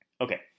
Okay